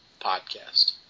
podcast